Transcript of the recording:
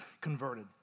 converted